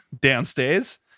Downstairs